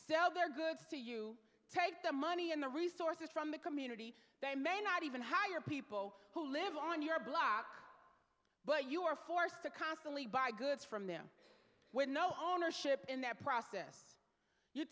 sell their goods to you take the money and the resources from the community they may not even hire people who live on your block but you are forced to constantly buy goods from them with no ownership in their process you